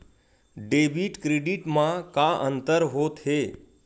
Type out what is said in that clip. Debit credit मा का अंतर होत हे?